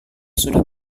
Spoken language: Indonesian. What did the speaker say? sudah